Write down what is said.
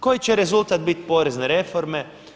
Koji će rezultat biti porezne reforme?